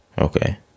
Okay